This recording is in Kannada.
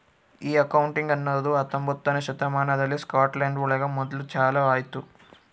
ಈ ಅಕೌಂಟಿಂಗ್ ಅನ್ನೋದು ಹತ್ತೊಂಬೊತ್ನೆ ಶತಮಾನದಲ್ಲಿ ಸ್ಕಾಟ್ಲ್ಯಾಂಡ್ ಒಳಗ ಮೊದ್ಲು ಚಾಲೂ ಆಯ್ತು